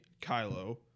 Kylo